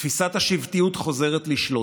תפיסת השבטיות חוזרת לשלוט,